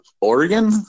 Oregon